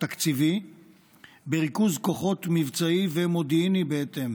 תקציבי וריכוז כוחות מבצעי ומודיעני בהתאם.